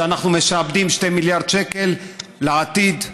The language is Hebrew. שאנחנו משעבדים 2 מיליארד שקל לעתיד.